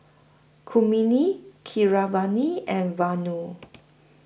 Kmini Keeravani and Vanu